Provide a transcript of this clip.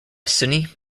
sunni